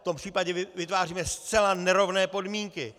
V tom případě vytváříme zcela nerovné podmínky!